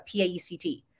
PAECT